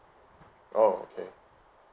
oh okay